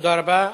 תודה רבה.